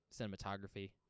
cinematography